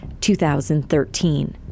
2013